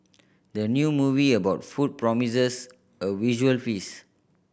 the new movie about food promises a visual feast